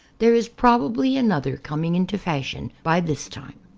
there is probably another com ing into fashion by this time.